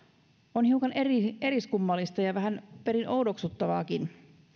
on hiukan eriskummallista ja perin oudoksuttavaakin